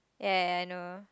ya ya I know